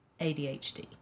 ADHD